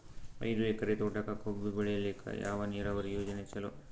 ಐದು ಎಕರೆ ತೋಟಕ ಕಬ್ಬು ಬೆಳೆಯಲಿಕ ಯಾವ ನೀರಾವರಿ ಯೋಜನೆ ಚಲೋ?